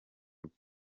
uku